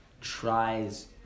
tries